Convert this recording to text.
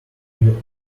you